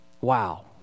Wow